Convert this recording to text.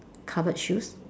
covered shoes